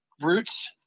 roots